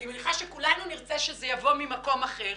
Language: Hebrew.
אני מניחה שכולנו נרצה שזה יבוא ממקום אחר,